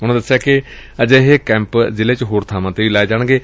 ਉਨਾਂ ਦੱਸਿਆ ਕਿ ਅਜਿਹੇ ਕੈੱਪ ਜ਼ਿਲ੍ਹੇ ਵਿੱਚ ਹੋਰ ਥਾਵਾਂ ਤੇ ਵੀ ਲਗਾਏ ਜਾਣਗੇ